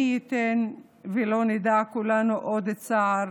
מי ייתן ולא נדע כולנו עוד צער,